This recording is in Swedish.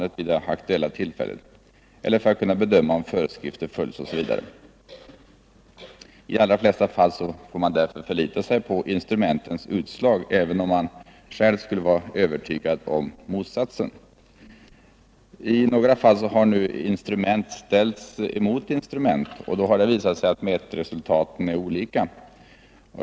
tillförlitlighedet aktuella tillfället eller för att kunna bedöma om föreskrifter följts osv. ten av fartkontrol I de allra flesta fall får man därför lita på instrumentens utslag även om ler man själv skulle känna sig övertygad om att det är felaktigt. I några fall har nu instrument ställts mot instrument, och det har visat sig att mätresultaten är olika.